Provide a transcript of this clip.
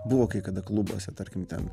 buvo kai kada klubuose tarkim ten